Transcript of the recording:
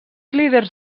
líders